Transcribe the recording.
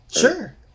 Sure